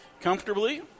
comfortably